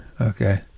okay